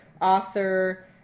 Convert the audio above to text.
author